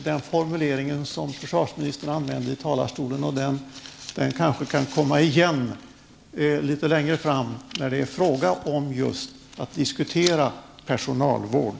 Den formulering som försvarsministern använde i talarstolen var mera icke-militärisk, och den kanske kan komma igen litet längre fram när det är fråga om just att diskutera personalvård.